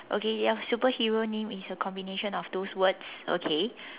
okay your superhero name is a combination name of those words okay